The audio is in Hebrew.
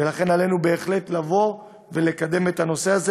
ולכן עלינו בהחלט לקדם את הנושא הזה,